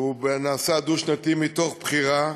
שהוא נעשה דו-שנתי מתוך בחירה,